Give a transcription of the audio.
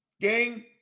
Gang